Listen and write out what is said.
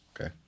Okay